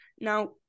Now